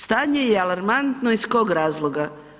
Stanje je alarmantno iz kod razloga?